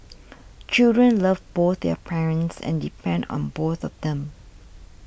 children love both their parents and depend on both of them